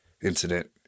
Incident